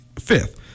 fifth